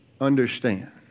understand